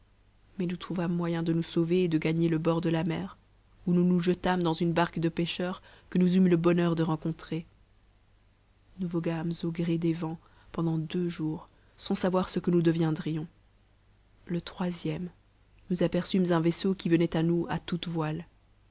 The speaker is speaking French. mais nous trouvâmes moyen de nous sauver et de gagner le bord de la mer ou nous nous jetâmes dans une barque de pêcheurs que nous eûmes le bonheur de rencontrer nous voguâmes an gré des vents pendant deux jours sans savoir ce que nous deviendrions le troisième nous aperçûmes un vaisseau qui venait à nous à toutes voiles